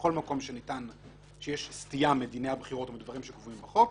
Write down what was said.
בכל מקום שיש סטייה מדיני הבחירות או מדברים שקבועים בחוק,